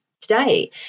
today